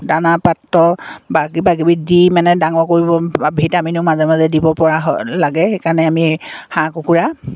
দানা পাত্ৰ বা কিবা কিবি দি মানে ডাঙৰ কৰিব বা ভিটামিনো মাজে মাজে দিব পৰা হয় লাগে সেইকাৰণে আমি হাঁহ কুকুৰা